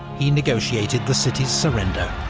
he negotiated the city's surrender.